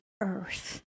earth